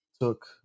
took